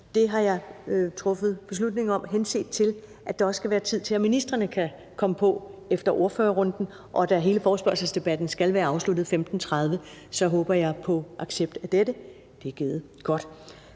Det har jeg truffet beslutning om, henset til at der også skal være tid til, at ministrene kan komme på efter ordførerrunden, og da hele forespørgselsdebatten skal være afsluttet kl. 15.30, håber jeg på accept af dette. Godt, det er givet.